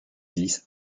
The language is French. dix